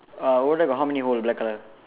uh over there got how many hole black color